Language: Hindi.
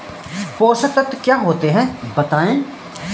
पोषक तत्व क्या होते हैं बताएँ?